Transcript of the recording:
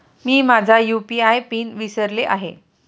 मी माझा UPI PIN विसरले आहे